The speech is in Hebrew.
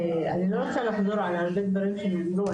אני לא רוצה לחזור על הרבה דברים שנאמרו,